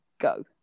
go